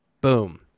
Boom